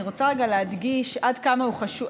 אני רוצה רגע להדגיש עד כמה הוא חשוב,